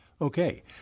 Okay